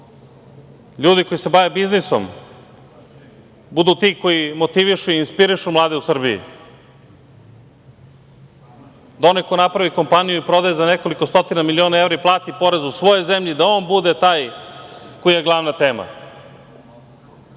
ljudi koji se bave biznisom budu ti koji motivišu i inspirišu mlade u Srbiji, da onaj ko napravi kompaniju i proda je za nekoliko stotina miliona evra i plati porez u svojoj zemlji, da on bude taj koji je glavna tema